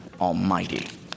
Almighty